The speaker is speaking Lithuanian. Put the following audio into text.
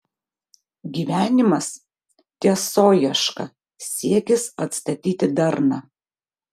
gyvenimas tiesoieška siekis atstatyti darną